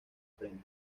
frente